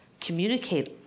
communicate